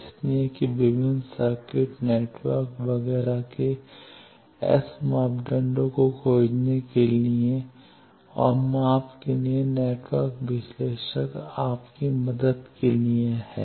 इसलिए कि विभिन्न सर्किट नेटवर्क वगैरह के एस मापदंडों को खोजने के लिए और माप के लिए नेटवर्क विश्लेषक आपकी मदद के लिए है